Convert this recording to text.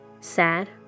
sad